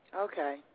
Okay